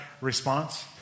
response